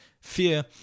fear